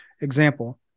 Example